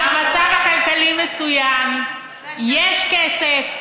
המצב הכלכלי מצוין, יש כסף.